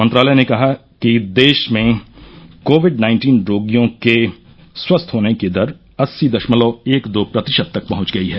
मंत्रालय ने कहा कि देश में कोविड नाइन्टीन रोगियों के स्वस्थ होने की दर अस्सी दशमलव एक दो प्रतिशत तक पहुंच गई है